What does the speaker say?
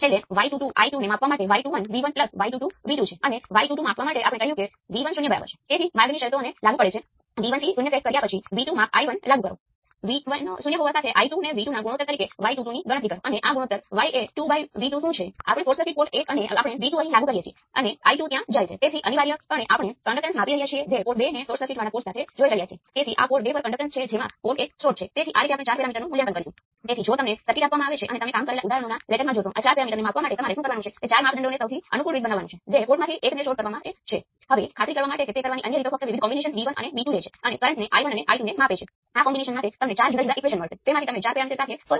હવે આ current I2 બે સમાન ભાગો માં ડિવાઇડ થાય છે કારણ કે બે રેઝિસ્ટર